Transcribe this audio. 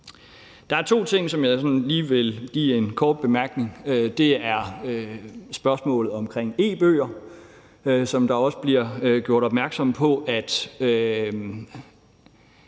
Der er to ting, som jeg sådan lige vil give en kort bemærkning om. Den ene er spørgsmålet om e-bøger, som der også bliver gjort opmærksom på.